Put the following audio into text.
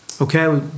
Okay